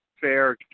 fair